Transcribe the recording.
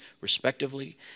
respectively